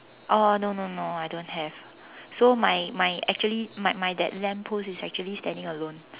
oh no no no I don't have so my my actually my my that lamp post is actually standing alone